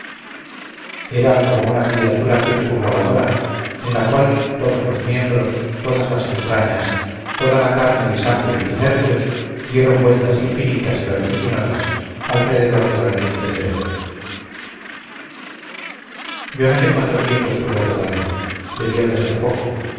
una como criatura circunvoladora en la cual todos los miembros todas las entrañas toda la carne y sangre y nervios dieron vueltas infinitas y vertiginosas alrededor del ardiente cerebro yo no sé cuánto tiempo estuve rodando debió de ser poco